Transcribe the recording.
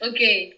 Okay